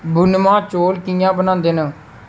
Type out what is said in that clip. भुन्नमां चौल कि'यां बनांदे न